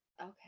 Okay